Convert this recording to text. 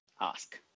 ask